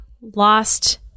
lost